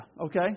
okay